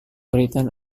written